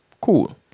cool